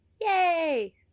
Yay